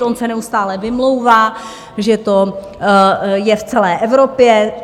On se neustále vymlouvá, že to je v celé Evropě.